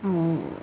mm